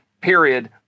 period